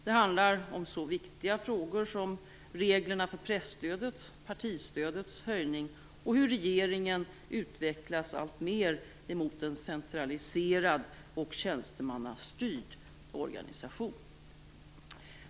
Det handlar om så viktiga frågor som reglerna för presstödet, partistödets höjning och hur regeringen utvecklas allt mer mot en centraliserad och tjänstemannastyrd organisation.